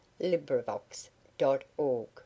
LibriVox.org